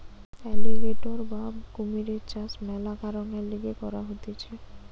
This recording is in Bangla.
এলিগ্যাটোর বা কুমিরের চাষ মেলা কারণের লিগে করা হতিছে